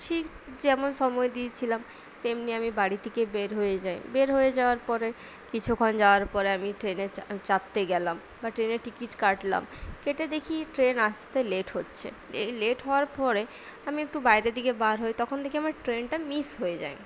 ঠিক যেমন সময় দিয়েছিলাম তেমনি আমি বাড়ি থেকে বের হয়ে যাই বের হয়ে যাওয়ার পরে কিছুক্ষণ যাওয়ার পরে আমি ট্রেনে চাপতে গেলাম বা ট্রেনের টিকিট কাটলাম কেটে দেখি ট্রেন আসতে লেট হচ্ছে এই লেট হওয়ার পরে আমি একটু বাইরের দিকে বার হই তখন দেখি আমার ট্রেনটা মিস হয়ে যায়